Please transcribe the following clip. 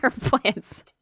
plants